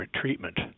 treatment